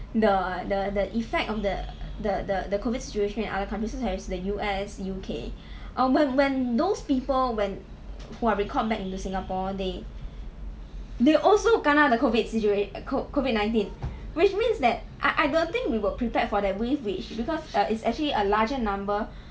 the the the effect of the the the COVID situation in other countries such as the U_S U_K um when when those people when who are recalled back into singapore they they also kena the COVID situa~ co~ COVID nineteen which means that I I don't think we were prepared for that wave which because err it's actually a larger number